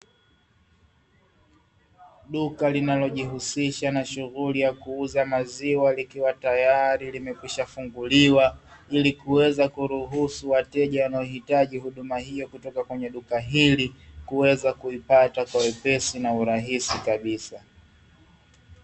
Duka linalojihusisha na shughuli ya kuuza maziwa, likiwa tayari limekwishafunguliwa, ili kuweza kuruhusu wateja wanaohitaji huduma hiyo kutoka kwenye duka hili kuipata kwa wepesi na urahisi kabisa.